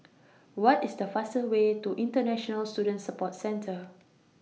What IS The fastest Way to International Student Support Centre